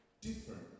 different